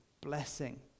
blessing